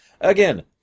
Again